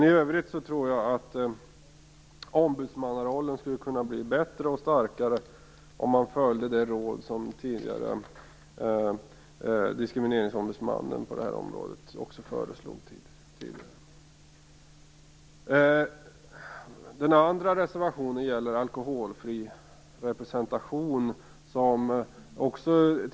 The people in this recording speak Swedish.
I övrigt skulle ombudsmannarollen kunna bli bättre och starkare om man följde det råd som Diskriminineringsombudsmannan tidigare gav. Den andra reservationen gäller alkoholfri representation.